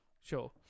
sure